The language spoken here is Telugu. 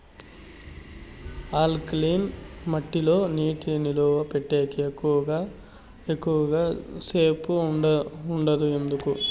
ఆల్కలీన్ మట్టి లో నీటి నిలువ పెట్టేకి ఎక్కువగా సేపు ఉండదు ఎందుకు